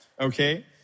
Okay